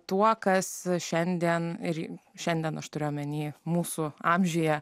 tuo kas šiandien ir šiandien aš turiu omeny mūsų amžiuje